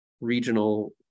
regional